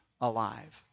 alive